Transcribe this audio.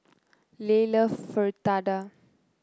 Leigh love Fritada